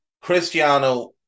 Cristiano